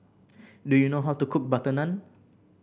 do you know how to cook butter naan